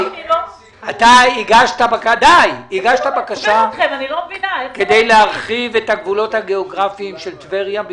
אתה הגשת בקשה כדי להרחיב את הגבולות הגיאוגרפיים של טבריה?